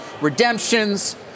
redemptions